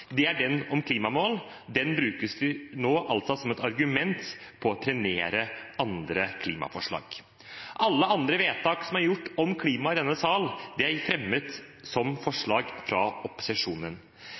det er den om klimamål. Den brukes nå altså som et argument for å trenere andre klimaforslag. Alle andre vedtak som er gjort om klima i denne sal, er fremmet som